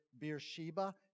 Beersheba